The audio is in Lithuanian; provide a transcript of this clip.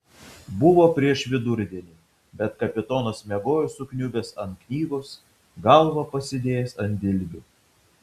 buvo prieš vidurdienį bet kapitonas miegojo sukniubęs ant knygos galvą pasidėjęs ant dilbių